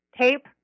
Tape